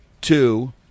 Two